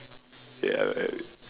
ya man